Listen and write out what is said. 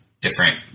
different